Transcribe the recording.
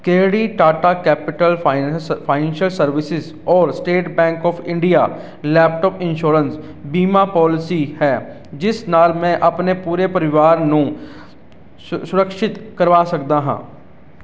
ਕਿਹੜੀ ਟਾਟਾ ਕੈਪੀਟਲ ਫਾਈਨੈਸ਼ financial services ਔਰ State Bank of India laptop insurance ਬੀਮਾ ਪੋਲਿਸੀ ਹੈ ਜਿਸ ਨਾਲ ਮੈਂ ਆਪਣੇ ਪੂਰੇ ਪਰਿਵਾਰ ਨੂੰ ਸ ਸੁਰਿਕਸ਼ਿਤ ਕਰਵਾ ਸਕਦਾ ਹਾਂ